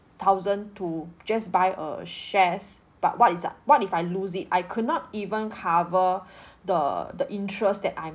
thousand to just buy err shares but what is the what if I lose it I could not even cover the the interest that I'm